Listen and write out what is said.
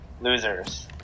losers